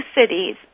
cities